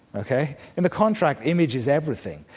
ok? in the contract image is everything.